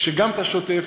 כשגם בשוטף,